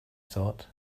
thought